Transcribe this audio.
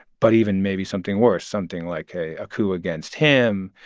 but even maybe something worse something like a ah coup against him.